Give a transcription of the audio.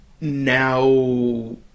now